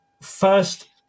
first